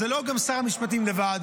זה גם לא שר המשפטים לבד.